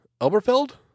Elberfeld